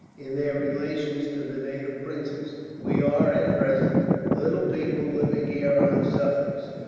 in their relations to the native princes. we are, at present, little people living here on sufferance,